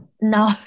no